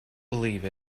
believe